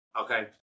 Okay